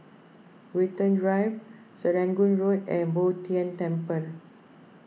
Watten Drive Serangoon Road and Bo Tien Temple